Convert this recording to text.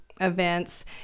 events